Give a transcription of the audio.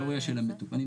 היסטוריה של המטופלים,